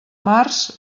març